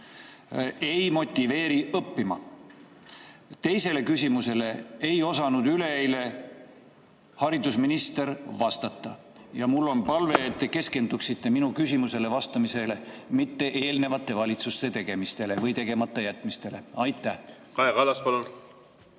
ei motiveeri õppima. Teisele küsimusele ei osanud haridusminister üleeile vastata. Mul on palve, et te keskenduksite minu küsimusele vastamisele, mitte eelnevate valitsuste tegemistele või tegemata jätmistele. Kaja Kallas, palun!